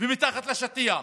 ומתחת לשטיח.